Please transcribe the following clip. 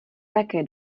také